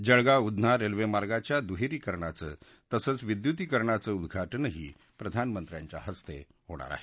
Jalgaon Udhna railway मार्गाच्या दुहेरीकरणाचं तसंच विद्युतीकरणाचं उद्घाटनही प्रधानमंत्र्यांच्या हस्ते होणार आहे